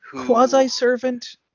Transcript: Quasi-servant